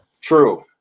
True